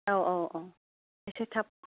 औ औ इसे थाब